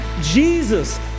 Jesus